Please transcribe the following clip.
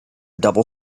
double